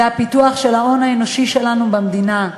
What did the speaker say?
זה הפיתוח של ההון האנושי שלנו במדינה,